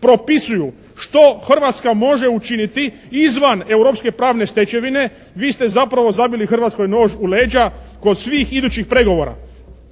propisuju što Hrvatska može učiniti izvan europske pravne stečevine vi ste zapravo zabili Hrvatskoj nož u leđa kod svih idućih pregovora.